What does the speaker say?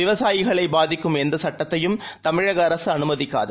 விவசாயிகளைபாதிக்கும்எந்தசட்டத்தையும்தமிழகஅரசுஅனுமதிக்காது